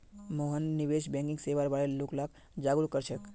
मोहन निवेश बैंकिंग सेवार बार लोग लाक जागरूक कर छेक